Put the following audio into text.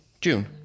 June